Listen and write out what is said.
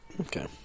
okay